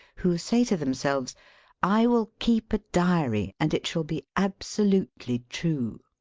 who say to themselves i will keep a diary and it shall be absolutely true.